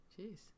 Jeez